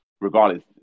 regardless